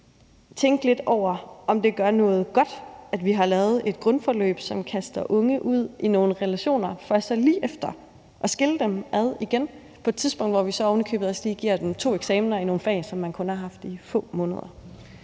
tænke lidt over, om det gør noget godt, at vi har lavet et grundforløb, som kaster unge ud i nogle relationer for så lige bagefter at skille dem ad igen på et tidspunkt, hvor vi så ovenikøbet også lige giver dem to eksamener i nogle fag, som de kun har haft i få måneder.